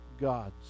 gods